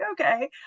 okay